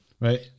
Right